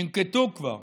ננקטו כבר